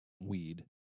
weed